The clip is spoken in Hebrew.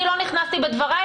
אני לא נכנסתי בדבריך.